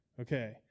Okay